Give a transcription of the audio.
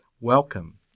Welcome